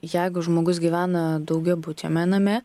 jeigu žmogus gyvena daugiabučiame name